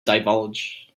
divulge